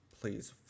please